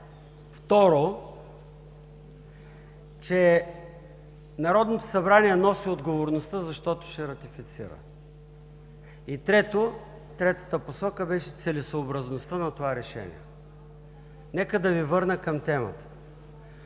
Второ, че Народното събрание носи отговорността, защото ще ратифицира. И третата посока беше целесъобразността на това решение. Нека да Ви върна към темата.